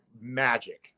magic